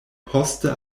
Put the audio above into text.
poste